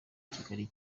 kigali